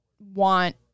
want